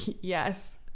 yes